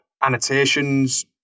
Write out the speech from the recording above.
annotations